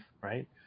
right